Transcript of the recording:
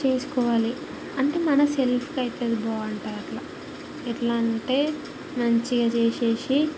చేసుకోవాలి అంటే మన సెల్ఫ్కి అయితే బాగుంటుంది అట్లా ఎట్లా అంటే మంచిగా చేసేసి